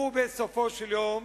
ובסופו של יום,